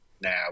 now